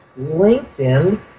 LinkedIn